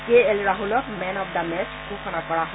কে L ৰাছলক man of the match ঘোষণা কৰা হয়